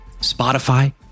Spotify